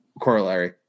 corollary